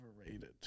overrated